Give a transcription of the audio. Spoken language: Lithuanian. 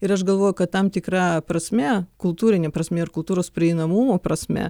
ir aš galvoju kad tam tikra prasme kultūrine prasme ir kultūros prieinamumo prasme